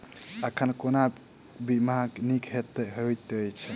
एखन कोना बीमा नीक हएत छै?